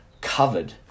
covered